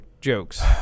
jokes